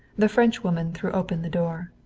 the frenchwoman threw open the door.